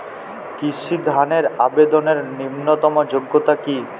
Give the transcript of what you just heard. কৃষি ধনের আবেদনের ন্যূনতম যোগ্যতা কী?